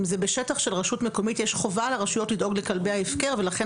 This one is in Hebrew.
אם זה בשטח של רשות מקומית יש חובה לרשויות לדאוג לכלבי ההפקר ולכן